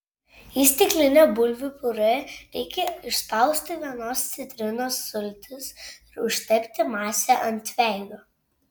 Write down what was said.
į stiklinę bulvių piurė reikia išspausti vienos citrinos sultis ir užtepti masę ant veido